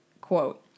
quote